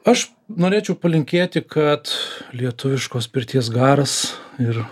aš norėčiau palinkėti kad lietuviškos pirties garas ir